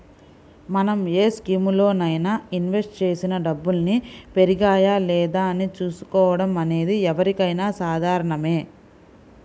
మనం ఏ స్కీములోనైనా ఇన్వెస్ట్ చేసిన డబ్బుల్ని పెరిగాయా లేదా అని చూసుకోవడం అనేది ఎవరికైనా సాధారణమే